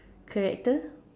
character